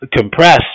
compress